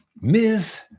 Ms